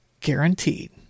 guaranteed